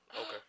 Okay